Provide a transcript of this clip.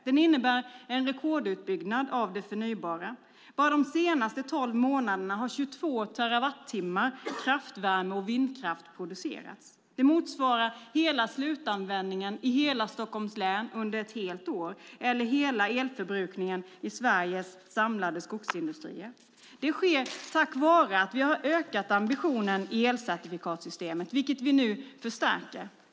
Den innebär en rekordutbyggnad av det förnybara. Bara de senaste tolv månaderna har 22 terawattimmar kraftvärme och vindkraft producerats. Det motsvarar hela slutanvändningen i Stockholms län under ett helt år eller hela elförbrukningen i Sveriges samlade skogsindustrier. Det sker tack vare att vi har ökat ambitionen i elcertifikatssystemet, vilket vi nu förstärker.